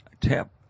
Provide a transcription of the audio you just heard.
tap